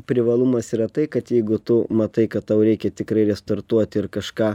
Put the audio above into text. privalumas yra tai kad jeigu tu matai kad tau reikia tikrai restartuoti ir kažką